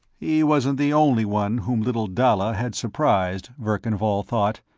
he wasn't the only one whom little dalla had surprised, verkan vall thought.